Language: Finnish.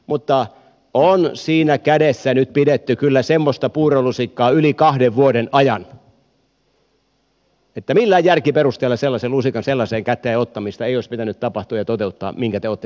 mutta on siinä kädessä pidetty nyt kyllä semmoista puurolusikkaa yli kahden vuoden ajan että millään järkiperusteella sellaisen lusikan sellaiseen käteen ottamista ei olisi pitänyt tapahtua ja toteuttaa minkä te olette tehneet